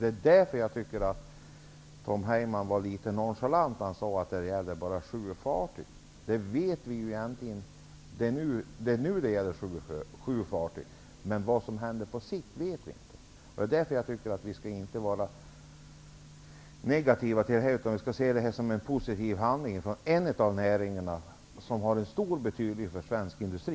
Det är anledningen till att jag tyckte att Tom Heyman var litet nonchalant när han sade att utvecklingen bara gäller sjöfarten. Det gäller sjöfarten nu, men vi vet inte vad som händer på sikt. Vi skall inte vara negativa till utvecklingen utan se den som någonting positivt för en av de näringar som har stor betydelse för svensk industri.